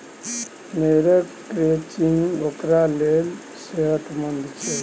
भेड़क क्रचिंग ओकरा लेल सेहतमंद छै